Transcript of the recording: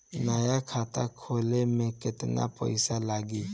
नया खाता खोले मे केतना पईसा लागि?